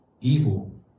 evil